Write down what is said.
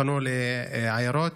פנו לעיירות.